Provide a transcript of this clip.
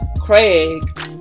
craig